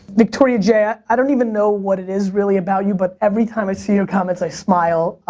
victoria j, i don't even know what it is really about you but, every time i see your comments i smile.